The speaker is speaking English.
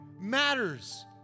matters